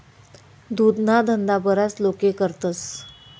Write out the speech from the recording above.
दुधना धंदा बराच लोके करतस